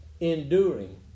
enduring